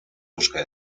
busca